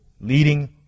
leading